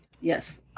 Yes